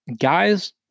guys